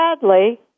sadly